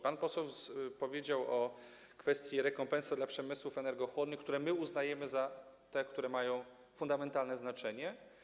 Pan poseł powiedział o kwestii rekompensat dla przemysłów energochłonnych, które my uznajemy za te, które mają fundamentalne znaczenie.